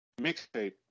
mixtape